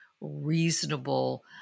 reasonable